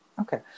Okay